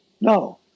No